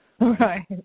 Right